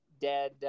dead